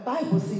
Bible